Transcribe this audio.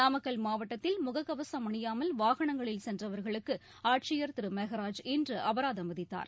நாமக்கல் மாவட்டத்தில் முகக்கவசம் அணியாமல் வாகனங்களில் சென்றவர்களுக்கு ஆட்சியர் திரு மெகராஜ் இன்று அபராதம் விதித்தார்